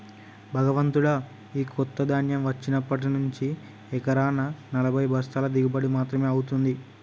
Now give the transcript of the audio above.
భగవంతుడా, ఈ కొత్త ధాన్యం వచ్చినప్పటి నుంచి ఎకరానా నలభై బస్తాల దిగుబడి మాత్రమే అవుతుంది